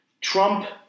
Trump